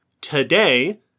Today